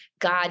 God